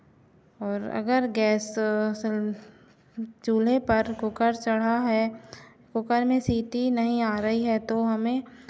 और अगर गैस चूल्हे पर कूकर चढ़ा है कूकर में सीटी नहीं आ रही है तो हमें